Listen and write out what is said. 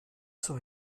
zur